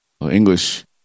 English